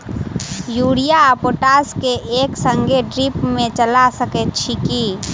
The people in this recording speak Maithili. यूरिया आ पोटाश केँ एक संगे ड्रिप मे चला सकैत छी की?